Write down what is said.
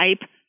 type